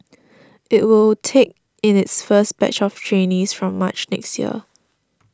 it will take in its first batch of trainees from March next year